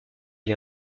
les